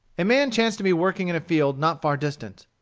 a man chanced to be working in a field not far distant.